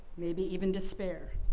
maybe even despair.